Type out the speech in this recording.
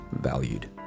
valued